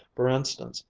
for instance,